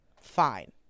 Fine